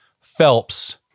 Phelps